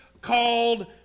called